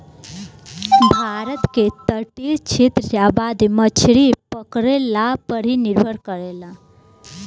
भारत के तटीय क्षेत्र के आबादी मछरी पकड़ला पर ही निर्भर करेला